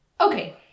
okay